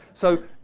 so,